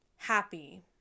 happy